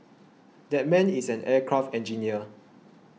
that man is an aircraft engineer